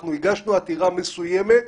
אנחנו הגשנו עתירה מסוימת.